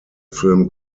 film